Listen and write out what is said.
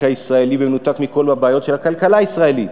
הישראלי במנותק מכל הבעיות של הכלכלה הישראלית.